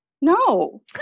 No